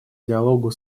диалогу